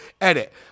Edit